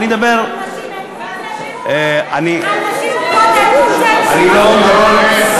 ועל נשים מוכות אין קונסנזוס?